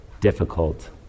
difficult